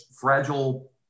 fragile